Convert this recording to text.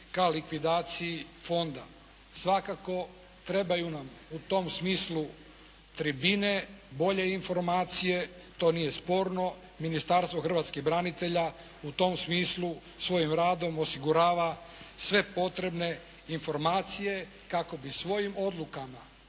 ka likvidaciji fonda. Svakako, trebaju nam u tom smislu tribine, bolje informacije. To nije sporno. Ministarstvo hrvatskih branitelja u tom smislu svojim radom osigurava sve potrebne informacije kako bi svojim odlukama